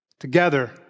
together